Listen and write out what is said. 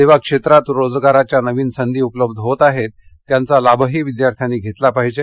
सेवा क्षेत्रात रोजगाराच्या नवीन संधी उपलब्ध होत आहेत त्यांचा लाभही विद्यार्थ्यांनी घेतला पाहिजे